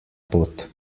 pot